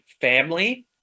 family